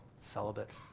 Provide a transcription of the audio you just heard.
celibate